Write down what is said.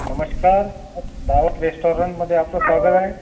नमस्कार दावत रेस्टॉरंटमध्ये आपलं स्वागत आहे